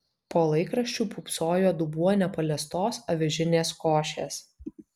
po laikraščiu pūpsojo dubuo nepaliestos avižinės košės